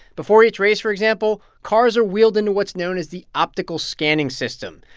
before each race, for example, cars are wheeled into what's known as the optical scanning system.